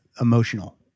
emotional